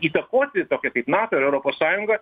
įtakoti tokią kaip nato ir europos sąjungą